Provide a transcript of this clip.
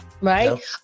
right